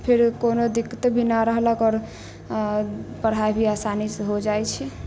फिर कोनो दिक्कत भी ना रहलक आओर पढ़ाइ भी आसानीसँ हो जाइत छै